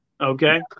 okay